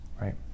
right